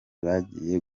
bagiye